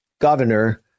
governor